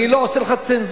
אני לא עושה לך צנזורה.